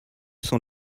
sont